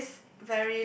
there's this